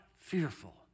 fearful